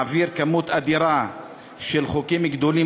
מעביר כמות אדירה של חוקים גדולים